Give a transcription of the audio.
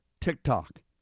TikTok